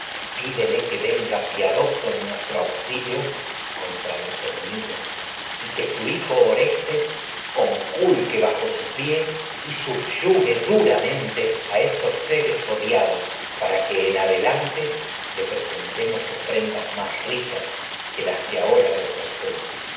pídele que venga piadoso en nuestro auxilio contra los enemigos y y que su hijo orestqs conculque a esos bajo su pie subyugue duramente seres odiados para que que en las adelante le presentemos ofrendas más ricas ahora que le ofrecemos